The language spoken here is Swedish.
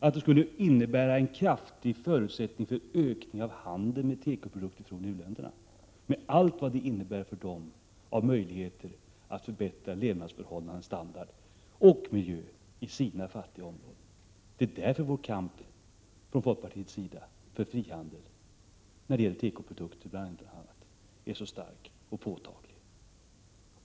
att det skulle innebära en kraftig förutsättning för ökning av handeln med tekoprodukter från u-länderna — med allt vad det innebär för dem av möjligheter att förbättra levnadsförhållanden, standard och miljö i de fattiga områdena. Det är bl.a. därför som kampen från folkpartiets sida för frihandeln när det gäller tekoprodukter är så stark och påtaglig.